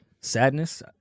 sadness